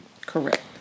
Correct